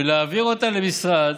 ולהעביר אותה למשרד,